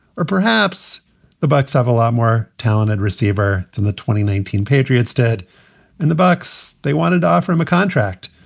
or perhaps the bucs have a lot more talented receiver for the twenty nineteen patriots dead and the bucs. they wanted to offer him a contract.